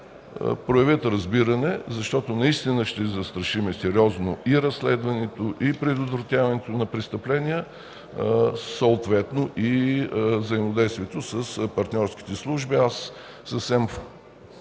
проявят разбиране, защото наистина ще застрашим сериозно и разследването, и предотвратяването на престъпления, съответно и взаимодействието с партньорските служби. Аз съвсем